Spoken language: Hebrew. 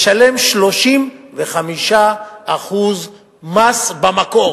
ישלם 35% מס במקור.